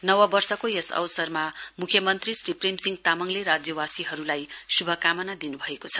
नववर्षको अवसरमा मुख्यमन्त्री श्री प्रेमसिंह तामङले राज्यवासीहरुलाई श्भकामना दिनुभएको छ